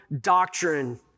doctrine